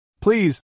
Please